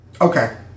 Okay